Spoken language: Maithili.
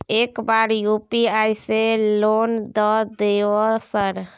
एक बार यु.पी.आई से लोन द देवे सर?